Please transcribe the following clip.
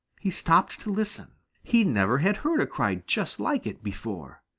he stopped to listen. he never had heard a cry just like it before.